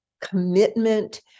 commitment